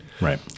right